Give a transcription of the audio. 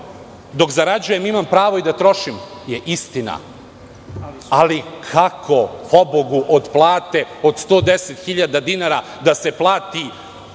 dok zarađujem, imam pravo i da trošim, je istina, ali kako, pobogu, od plate od 110.000 dinara da se plati